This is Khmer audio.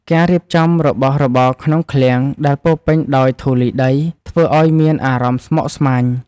ការរៀបចំរបស់របរក្នុងឃ្លាំងដែលពោរពេញដោយធូលីដី ធ្វើឱ្យមានអារម្មណ៍ស្មុគស្មាញ។